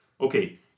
Okay